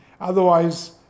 otherwise